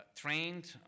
trained